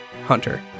hunter